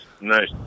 Nice